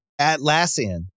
Atlassian